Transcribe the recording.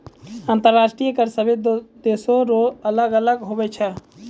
अंतर्राष्ट्रीय कर सभे देसो रो अलग अलग हुवै छै